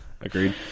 agreed